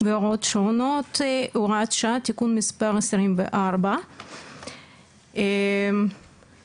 והוראות שונות) (הוראת שעה) (תיקון מס' 24). אוקיי,